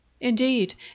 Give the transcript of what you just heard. Indeed